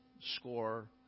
score